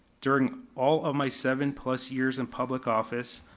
during all of my seven plus years in public office,